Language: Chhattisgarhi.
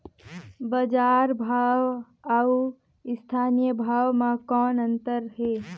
बजार भाव अउ स्थानीय भाव म कौन अन्तर हे?